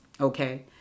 Okay